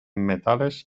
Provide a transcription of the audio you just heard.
metales